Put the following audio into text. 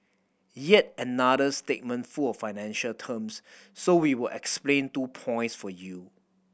yet another statement full of financial terms so we will explain two points for you